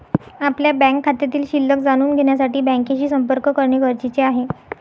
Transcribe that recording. आपल्या बँक खात्यातील शिल्लक जाणून घेण्यासाठी बँकेशी संपर्क करणे गरजेचे आहे